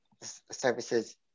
services